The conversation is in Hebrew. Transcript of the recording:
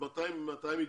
מתי הן ידעו?